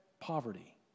poverty